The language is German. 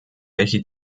welche